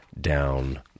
down